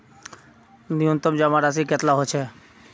न्यूनतम जमा राशि कतेला होचे?